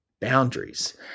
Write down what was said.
boundaries